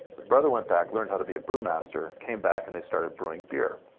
his brother went back, learned how to be a brewmaster, came back, and they started brewing beer,